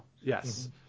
yes